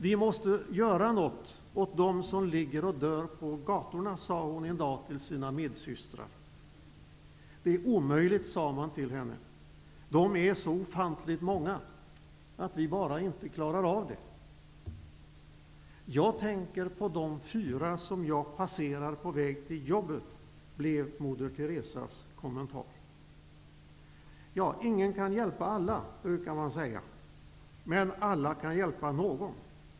Vi måste göra något åt dem som ligger och dör på gatorna, sade hon en dag till sina medsystrar. Det är omöjligt, sade man till henne. De är så ofantligt många att vi inte klarar av det. Jag tänker på de fyra som jag passerar på väg till jobbet, blev moder Teresas kommentar. Ingen kan hjälpa alla, brukar man säga, men alla kan hjälpa någon.